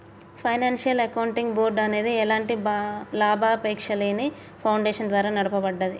financial accounting board అనేది ఎలాంటి లాభాపేక్షలేని ఫౌండేషన్ ద్వారా నడపబడుద్ది